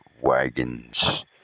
wagons